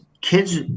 Kids